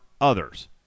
others